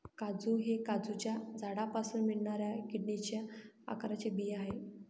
काजू हे काजूच्या झाडापासून मिळणाऱ्या किडनीच्या आकाराचे बी आहे